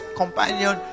companion